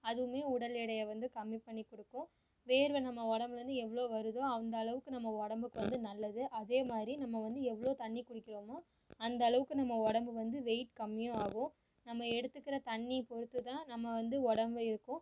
அதுவுமே உடல் எடையை வந்து கம்மி பண்ணி கொடுக்கும் வேர்வை நம்ம உடம்புலேந்து எவ்வளோ வருதோ அந்தளவுக்கு நம்ம உடம்புக்கு வந்து நல்லது அதே மாதிரி நம்ம வந்து எவ்வளோ தண்ணி குடிக்கிறோமோ அந்தளவுக்கு நம்ம உடம்பு வந்து வெயிட் கம்மியும் ஆகும் நம்ம எடுத்துக்கிற தண்ணி பொறுத்து தான் நம்ம வந்து உடம்பு இருக்கும்